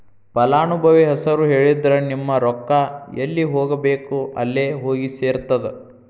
ಫಲಾನುಭವಿ ಹೆಸರು ಹೇಳಿದ್ರ ನಿಮ್ಮ ರೊಕ್ಕಾ ಎಲ್ಲಿ ಹೋಗಬೇಕ್ ಅಲ್ಲೆ ಹೋಗಿ ಸೆರ್ತದ